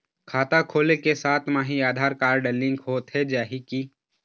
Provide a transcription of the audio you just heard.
खाता खोले के साथ म ही आधार कारड लिंक होथे जाही की?